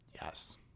Yes